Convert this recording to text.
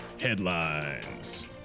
headlines